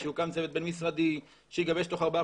שיוקם צוות בין משרדי שיגבש תוך ארבעה